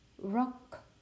Rock